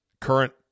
current